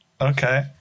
Okay